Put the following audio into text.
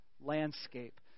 landscape